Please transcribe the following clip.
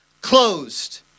closed